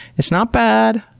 it's not bad.